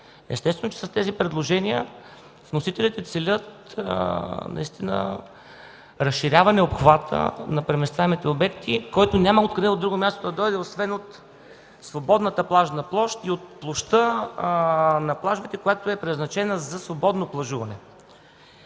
Естествено, че с тези предложения вносителите целят наистина разширяване обхвата на преместваемите обекти, който няма откъде от друго място да дойде, освен от свободната плажна площ и от площта на плажовете, която е предназначена за свободно плажуване.